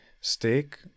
steak